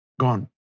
Gone